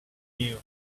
you